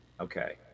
Okay